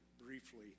briefly